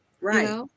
Right